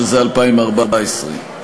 שזה 2014,